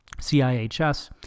CIHS